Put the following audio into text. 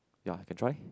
ya can try